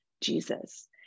Jesus